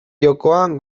jokoan